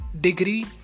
degree